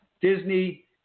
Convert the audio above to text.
Disney